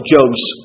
Job's